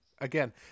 again